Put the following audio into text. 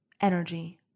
energy